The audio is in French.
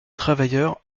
travailleurs